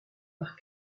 par